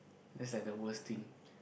that's like the worst thing